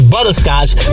Butterscotch